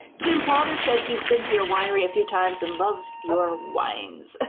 tim potter says he's been to your winery a few times and loves your wines.